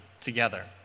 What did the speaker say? together